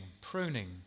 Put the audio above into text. pruning